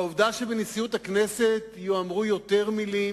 העובדה שבנשיאות הכנסת ייאמרו יותר מלים,